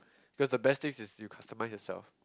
cause the best thing is you customize yourself